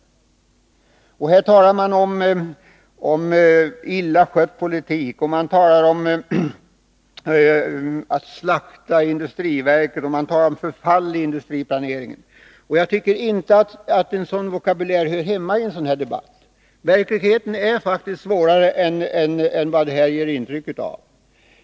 Socialdemokraterna talar om en illa skött politik, om nedslaktning av industriverket och om förfall i industriplaneringen. Jag tycker inte att en sådan vokabulär hör hemma i denna debatt. Verkligheten är faktiskt svårare än vad den ger uttryck för.